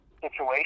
situation